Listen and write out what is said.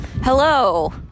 Hello